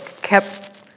kept